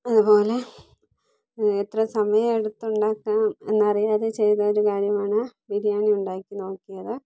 അതുപോലെ എത്ര സമയം എടുത്തുണ്ടാക്കാം എന്നറിയാതെ ചെയ്ത ഒരു കാര്യമാണ് ബിരിയാണി ഉണ്ടാക്കി നോക്കിയത്